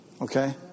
Okay